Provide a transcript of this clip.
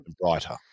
brighter